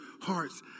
hearts